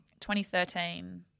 2013